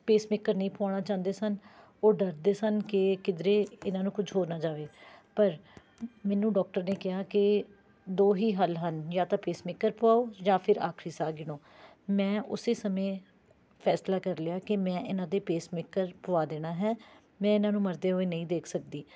pacemaker ਨਹੀਂ ਪਵਾਉਣਾ ਚਾਹੁੰਦੇ ਸਨ ਉਹ ਡਰਦੇ ਸਨ ਕਿ ਕਿਧਰੇ ਇਹਨਾਂ ਨੂੰ ਕੁਝ ਹੋ ਨਾ ਜਾਵੇ ਪਰ ਮੈਨੂੰ ਡਾਕਟਰ ਨੇ ਕਿਹਾ ਕਿ ਦੋ ਹੀ ਹੱਲ ਹਨ ਜਾਂ ਤਾਂ ਪੀਸਮੇਕਰ ਪਵਾਓ ਜਾਂ ਫਿਰ ਆਖਰੀ ਸਾਹ ਗਿਣੋ ਮੈਂ ਉਸੇ ਸਮੇਂ ਫੈਸਲਾ ਕਰ ਲਿਆ ਕਿ ਮੈਂ ਇਹਨਾਂ ਦੇ ਪੇਸਮੇਕਰ ਪਵਾ ਦੇਣਾ ਹੈ ਮੈਂ ਇਹਨਾਂ ਨੂੰ ਮਰਦੇ ਹੋਏ ਨਹੀਂ ਦੇਖ ਸਕਦੀ